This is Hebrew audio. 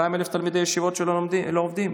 200,000 תלמידי ישיבות שלא עובדים?